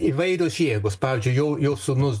įvairios jėgos pavyzdžiui jo jo sūnus